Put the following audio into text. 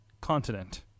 continent